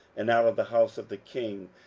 and out of the house of the king,